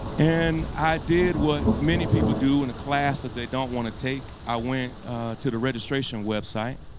and i did what many people do and a class that they don't want to take, i went to the registration website.